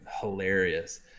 hilarious